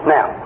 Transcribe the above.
Now